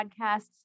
podcasts